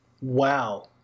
Wow